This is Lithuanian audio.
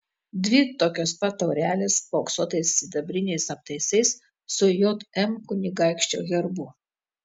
dvi tokios pat taurelės paauksuotais sidabriniais aptaisais su jm kunigaikščio herbu